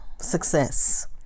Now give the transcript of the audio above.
success